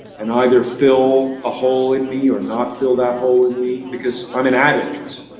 and either fill a hole in me, or not fill that hole in me. because, i'm an addict